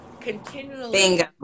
continually